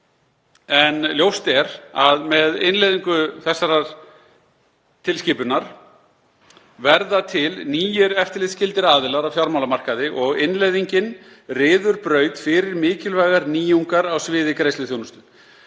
en ljóst er að með innleiðingu þessarar tilskipunar verða til nýir eftirlitsskyldir aðilar á fjármálamarkaði og innleiðingin ryður braut fyrir mikilvægar nýjungar á sviði greiðsluþjónustu.